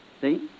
See